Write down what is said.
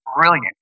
brilliant